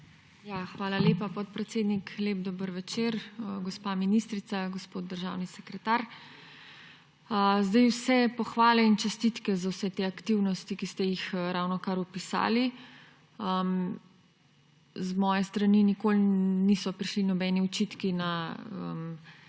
Hvala lepa, podpredsednik. Lep dober večer, gospa ministrica, gospod državni sekretar! Vse pohvale in čestitke za vse te aktivnosti, ki ste jih ravnokar opisali. Z moje strani nikoli niso prišli nobeni tovrstni